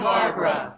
Barbara